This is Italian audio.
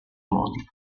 modi